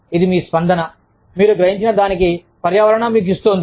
ఇది మీ స్పందన మీరు గ్రహించినదానికి పర్యావరణం మీకు ఇస్తోంది